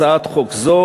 הצעת חוק זו